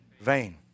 vain